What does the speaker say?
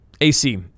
AC